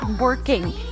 working